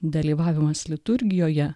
dalyvavimas liturgijoje